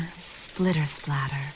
splitter-splatter